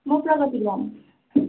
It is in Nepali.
म प्रगति ग्राम